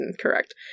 Correct